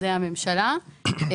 הממשלה.